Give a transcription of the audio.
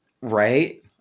Right